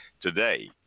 Today